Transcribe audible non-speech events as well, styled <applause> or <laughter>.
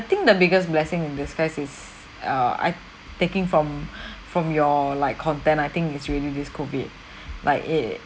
I think the biggest blessing in disguise is err I taking from <breath> from <breath> from your like content I think it's really this COVID <breath> like it